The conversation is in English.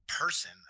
person